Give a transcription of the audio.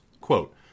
Quote